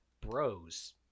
bros